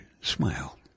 smile